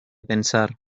pensar